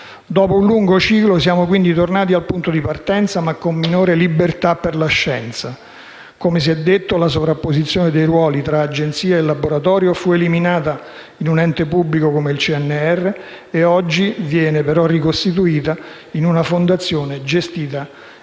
Dopo un lungo ciclo siamo, quindi, tornati al punto di partenza, ma con minore libertà per la scienza. Come si è detto, la sovrapposizione dei ruoli tra Agenzia e laboratorio fu eliminata in un ente pubblico come il CNR e oggi viene, però, ricostituita in una Fondazione gestita dal